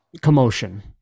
commotion